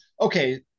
Okay